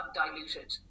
diluted